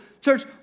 church